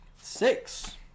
Six